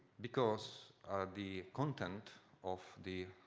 because the content of the